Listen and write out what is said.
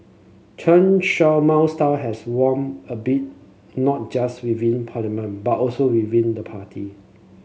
Chen Shaw Mao style has waned a bit not just within parliament but also within the party